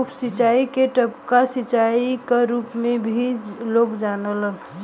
उप सिंचाई के टपका सिंचाई क रूप में भी लोग जानलन